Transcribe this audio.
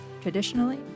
traditionally